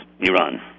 Iran